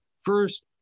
first